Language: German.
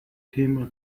thema